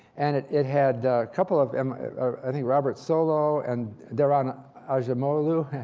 and it it had a couple of um i think, robert solow and daron acemoglu,